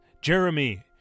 Jeremy